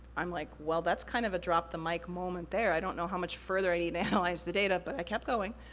i'm like, well, that's kind of a drop the mic moment there, i don't know how much further i need to analyze the data, but i kept going.